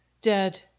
dead